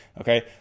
Okay